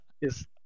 yes